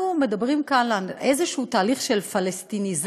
מדברים כאן על איזשהו תהליך של פלסטיניזציה